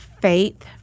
faith